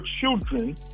children